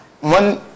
one